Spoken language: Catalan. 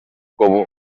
comú